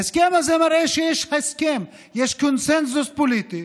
ההסכם הזה מראה שיש הסכם, יש קונסנזוס פוליטי